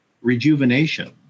rejuvenation